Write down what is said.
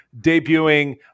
debuting